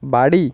বাড়ি